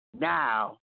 now